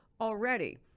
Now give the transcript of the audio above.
already